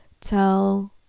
tell